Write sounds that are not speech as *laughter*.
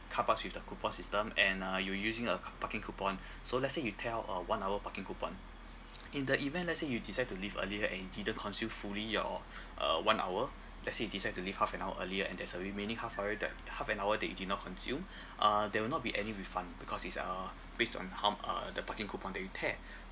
car parks with the coupon system and uh you're using a c~ parking coupon *breath* so let's say you tear out a one hour parking coupon in the event let's say you decide to leave earlier and you didn't consume fully your *breath* uh one hour let's say you decide to leave half an hour earlier and there's a remaining half hour that half an hour that you did not consume *breath* uh there will not be any refund because it's uh based on how uh the parking coupon that you tear *breath*